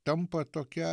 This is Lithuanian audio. tampa tokia